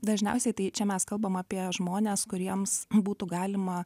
dažniausiai tai čia mes kalbam apie žmones kuriems būtų galima